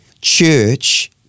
Church